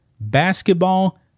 Basketball